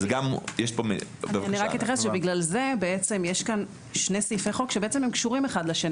לכן יש פה שני סעיפי חוק שקשורים אחד לשני.